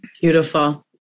Beautiful